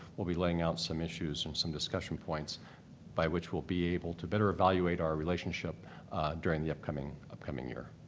we'll be laying out some issues and some discussion points by which we'll be able to better evaluate our relationship during the upcoming upcoming year.